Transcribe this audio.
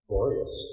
Glorious